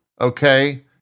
Okay